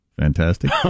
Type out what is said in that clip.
Fantastic